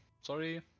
Sorry